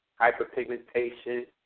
hyperpigmentation